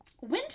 Winter